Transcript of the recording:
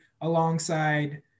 alongside